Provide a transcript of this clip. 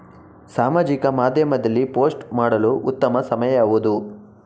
ಸಾಮಾಜಿಕ ಮಾಧ್ಯಮದಲ್ಲಿ ಪೋಸ್ಟ್ ಮಾಡಲು ಉತ್ತಮ ಸಮಯ ಯಾವುದು?